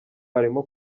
arimo